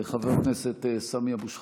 חבר הכנסת סמי אבו שחאדה,